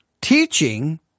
teaching